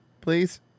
please